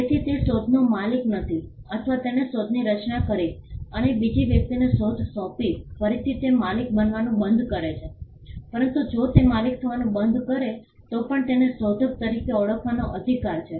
તેથી તે શોધનો માલિક નથી અથવા તેણે શોધની રચના કરી અને બીજી વ્યક્તિને શોધ સોંપી ફરીથી તે માલિક બનવાનું બંધ કરે છે પરંતુ જો તે માલિક થવાનું બંધ કરે તો પણ તેને શોધક તરીકે ઓળખવાનો અધિકાર છે